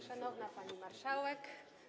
Szanowna Pani Marszałek!